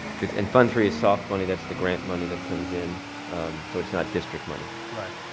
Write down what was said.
cause in fund three is soft, only that's the grant money that comes in so it's not district money. right.